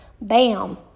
Bam